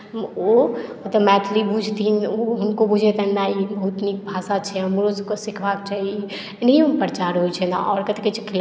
ओ मतलब मैथिली बुझथिन ओ हुनको बुझेतनि नहि मैथिली बहुत नीक भाषा छै हमरोसभकेँ सिखबाक चाही एनाहिएमे प्रचार होइत छै ने आओर कथी कहैत छै